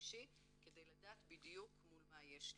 אישי כדי לדעת בדיוק מול מה אני מתמודדת.